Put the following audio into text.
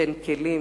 שייתן כלים